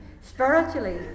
spiritually